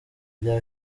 bya